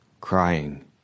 Crying